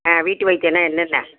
ஆ வீட்டு வைத்தியம்னா என்ன என்ன